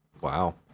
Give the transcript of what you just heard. Wow